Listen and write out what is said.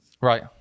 Right